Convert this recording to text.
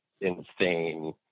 insane